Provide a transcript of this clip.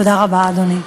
תודה רבה, אדוני.